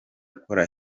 ukora